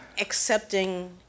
Accepting